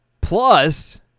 Plus